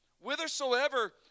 whithersoever